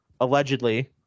allegedly